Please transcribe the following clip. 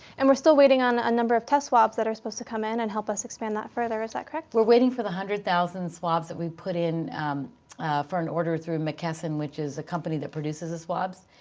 and we're still waiting on a number of test swabs that are supposed to come in and help us expand that further. is that correct? we're waiting for the one hundred thousand swabs that we put in for an order through mckesson, which is a company that produces the swabs,